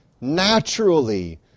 Naturally